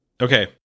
Okay